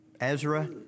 Ezra